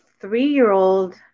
three-year-old